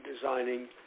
designing